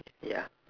ya